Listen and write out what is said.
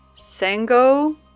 Sango